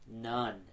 none